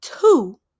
Two